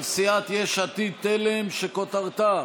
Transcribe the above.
של סיעת יש עתיד-תל"ם, שכותרתה: